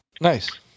Nice